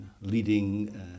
leading